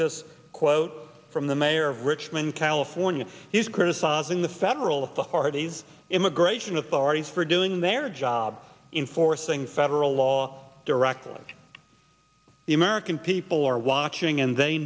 this quote from the mayor of richmond california he's criticizing the federal of the hardie's immigration authorities for doing their job in forcing federal law directly on the american people are watching and they